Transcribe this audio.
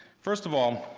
first of all,